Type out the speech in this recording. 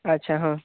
ᱟᱪᱪᱷᱟ ᱦᱳᱭ